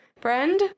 friend